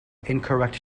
incorrect